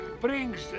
brings